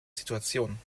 situation